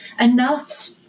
enough